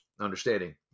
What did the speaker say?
understanding